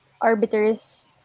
arbiters